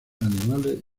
animales